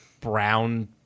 brown